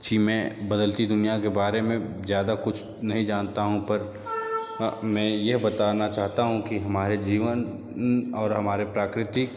जी मैं बदलती दुनिया के बारे में ज्यादा कुछ नहीं जनता हूँ पर मैं यह बताना चाहता हूँ कि हमारे जीवन और हमारे प्राकृतिक